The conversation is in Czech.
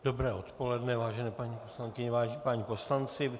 Dobré odpoledne, vážené paní poslankyně, vážení páni poslanci.